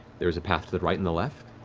there is a path to the right and the left.